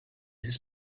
his